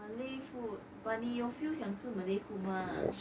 malay food but 你有 feel 想吃 malay food mah